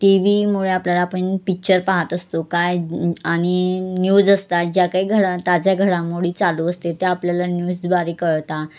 T व्हीमुळे आपल्याला पण पिच्चर पाहत असतो काय आणि न्यूज असतात ज्या काही घड ताज्या घडामोडी चालू असते त्या आपल्याला न्यूजद्वारे कळतात